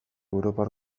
europar